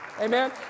Amen